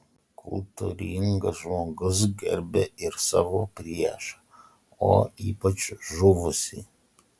kultūringas žmogus gerbia ir savo priešą o ypač žuvusį